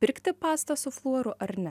pirkti pastą su fluoru ar ne